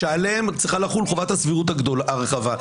שעליהם צריכה לחול חובת הסבירות הרחבה.